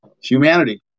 humanity